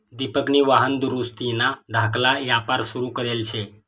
दिपकनी वाहन दुरुस्तीना धाकला यापार सुरू करेल शे